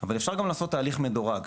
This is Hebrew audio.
אבל אפשר גם לעשות הליך מדורג.